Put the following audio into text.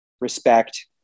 respect